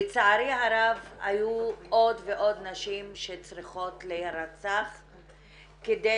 לצערי הרב, היו עוד ועוד נשים שצריכות להירצח כדי